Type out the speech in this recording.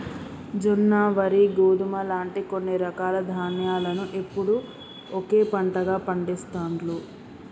జొన్న, వరి, గోధుమ లాంటి కొన్ని రకాల ధాన్యాలను ఎప్పుడూ ఒకే పంటగా పండిస్తాండ్రు